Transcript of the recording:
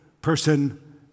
person